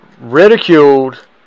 ridiculed